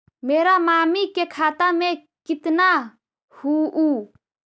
मेरा मामी के खाता में कितना हूउ?